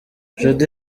jody